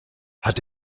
hat